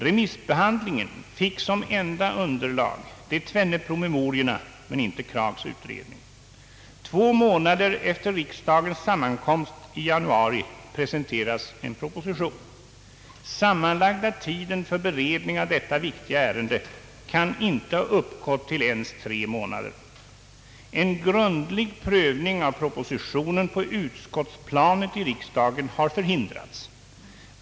Remissbehandlingen fick som enda underlag de tvenne promemoriorna men inte Kraghs utredning. Två månader efter riksdagens sammankomst i januari presenterades en proposition. Sammanlagda tiden för beredning av detta viktiga ärende kan inte ha uppgått till ens tre månader. En grundlig prövning av propositionen på utskottsplanet i riksdagen har förhindrats.